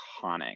iconic